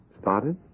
Started